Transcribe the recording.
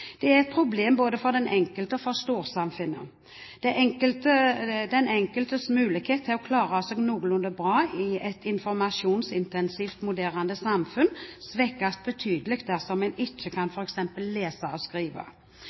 Det er et problem både for den enkelte og for storsamfunnet. Den enkeltes mulighet til å klare seg noenlunde bra i et informasjonsintensivt moderne samfunn svekkes betydelig dersom en ikke kan f.eks. lese og skrive.